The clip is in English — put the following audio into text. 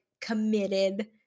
committed